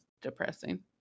depressing